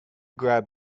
grab